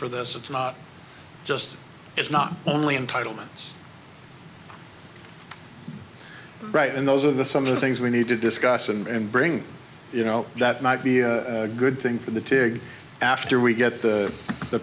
for this it's not just it's not only entitlements right and those are the some of the things we need to discuss and bring you know that might be a good thing for the tig after we get the